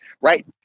right